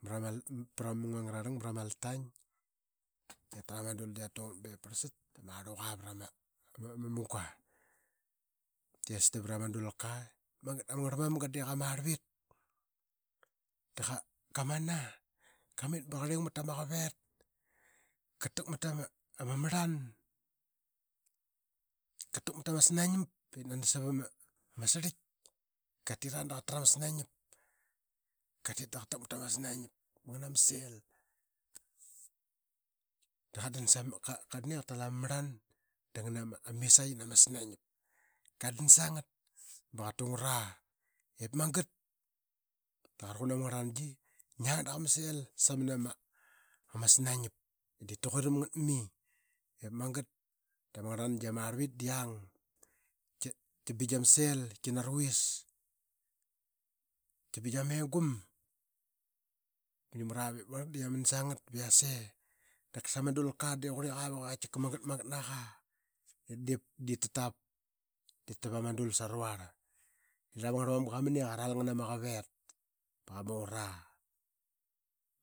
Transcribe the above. Pra ma munga ovas mra ma altaing ba ip parlsat da ma arluqa vra ma dulka. Diip magat da ma ngarlmamga qa tarlvit daqa mit ba qarling mat tama qavet da ma marlan ba ngana ma snainlap ip nani savama sirlik, Qatik da qa takmat ta ma snaing giap ngana ma sel ba sap ma misaqi da qa tal ngana ma qavet da qa dan sa ngat ba yasi da qa ruqun ama ngarlnangi mangia da qa na sil diip sa mana snainiap ip ta quiram ngat mai. Ip magat da ma ngarlnangi qa marlvit da yiang da ma sil kina ra vuis. Qabingia ma egum aa diip magat da yia man sa ngat ba yase. Dap kasa ma dilka de qurlika vuk i magat, magat na qa ip diip ta tavama dull saravurl nama qavet ila yia ma ngarl mamga qa man sangat.